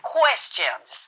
questions